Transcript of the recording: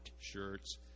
shirts